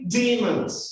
demons